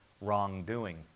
wrongdoing